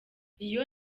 iyo